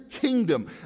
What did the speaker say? kingdom